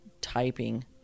typing